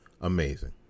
amazing